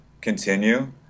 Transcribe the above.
continue